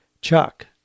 Chuck